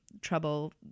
trouble